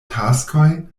taskoj